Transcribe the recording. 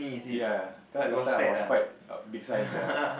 ya cause last time I was quite big size ya